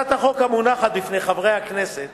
הצעת החוק המונחת בפני חברי הכנסת